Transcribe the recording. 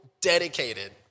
dedicated